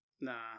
Nah